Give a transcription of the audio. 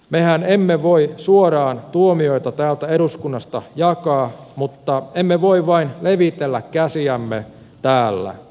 mehän emme voi suoraan tuomioita täältä eduskunnasta jakaa mutta emme voi vain levitellä käsiämme täällä